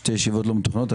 שתי ישיבות לא מתוכננות.